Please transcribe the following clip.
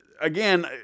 Again